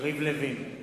אביגדור ליברמן,